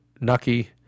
Nucky